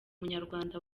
munyarwanda